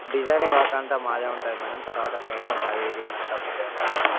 designing work అంతా మాదే ఉంటుంది మేడం తర్వాత పెయింటింగ్ అది ఇది అంతా మీదే ఉంటుంది మేడం